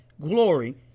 glory